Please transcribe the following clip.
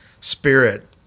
spirit